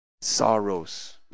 sorrows